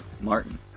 Martin